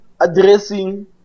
addressing